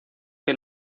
que